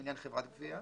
לעניין חברת גבייה,